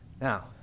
Now